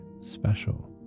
special